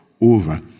over